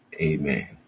Amen